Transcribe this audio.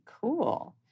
Cool